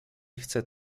chcę